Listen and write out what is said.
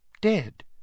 dead